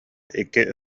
икки